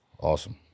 awesome